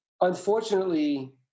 unfortunately